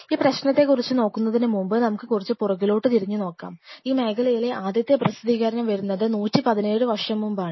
ഈ പ്രശ്നത്തെ കുറിച്ച് നോക്കുന്നതിനു മുമ്പ് നമുക്ക് കുറച്ച് പുറകിലോട്ട് തിരിഞ്ഞു നോക്കാം ഈ മേഖലയിലെ ആദ്യത്തെ പ്രസിദ്ധീകരണം വരുന്നത് 117 വർഷം മുൻപാണ്